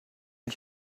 ich